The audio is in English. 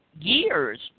years